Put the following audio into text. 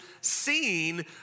seen